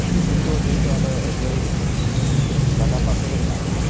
ᱜᱤᱛᱤᱞ ᱫᱚ ᱡᱮᱦᱮᱛᱩ ᱟᱞᱮ ᱚᱡᱚᱭ ᱜᱟᱰᱟ ᱯᱟᱥᱮ ᱨᱮ ᱢᱮᱱᱟᱜ ᱞᱮᱭᱟ